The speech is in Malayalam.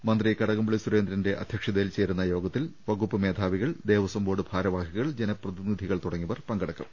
മന്ത്രി കടകംപള്ളി സുരേന്ദ്രന്റെ അധ്യക്ഷതയിൽ ചേരുന്ന യോഗത്തിൽ വകൂപ്പ് മേധാവികൾ ദേവസാം ബോർഡ് ഭാരവാഹികൾ ജനപ്രതിനിധികൾ തുടങ്ങിയവർ പങ്കെടുക്കും